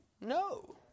No